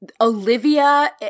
olivia